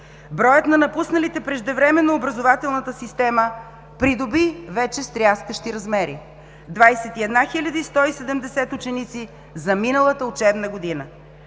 броят на напусналите преждевременно образователната система придоби вече стряскащи размери – 21 170 ученици за миналата учебна година!